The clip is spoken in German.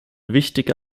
wichtige